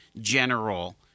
general